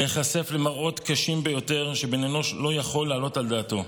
להיחשף למראות קשים ביותר שבן אנוש יכול להעלות על דעתו,